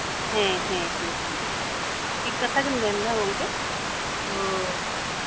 ᱦᱮᱸ ᱦᱮᱸ ᱦᱮᱸ ᱴᱷᱤᱠ ᱠᱟᱛᱷᱟ ᱜᱮᱢ ᱢᱮᱱᱫᱟ ᱜᱚᱢᱠᱮ ᱛᱳ